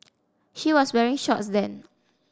she was wearing shorts then